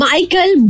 Michael